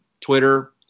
Twitter